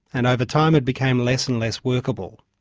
and over time it became less and less workable.